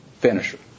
finisher